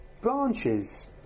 branches